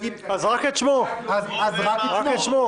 ואת שמו ואת כל פרטיו,